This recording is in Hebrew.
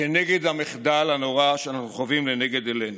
כנגד המחדל הנורא שאנחנו חווים לנגד עינינו.